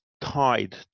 tied